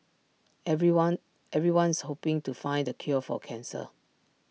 everyone everyone's hoping to find the cure for cancer